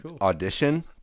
Audition